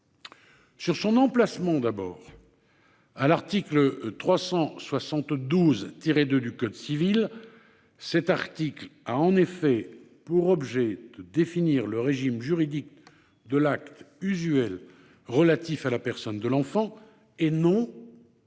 sur son emplacement à l'article 372-2 du code civil. Cet article a, en effet, pour objet de définir le régime juridique de l'acte usuel relatif à la personne de l'enfant et non de